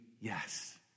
yes